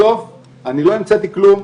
בסוף אני לא המצאתי כלום,